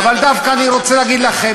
אבל דווקא אני רוצה להגיד לכם,